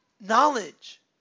knowledge